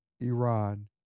Iran